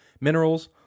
minerals